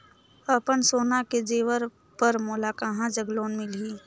अपन सोना के जेवर पर मोला कहां जग लोन मिलही?